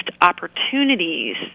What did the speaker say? opportunities